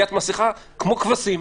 עטיית מסיכה כמו כבשים.